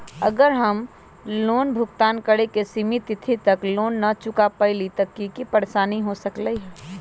अगर हम लोन भुगतान करे के सिमित तिथि तक लोन न चुका पईली त की की परेशानी हो सकलई ह?